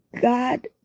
god